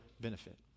benefit